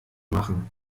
machen